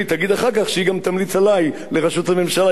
שלי תגיד אחר כך שהיא גם תמליץ עלי לראשות הממשלה,